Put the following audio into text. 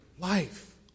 life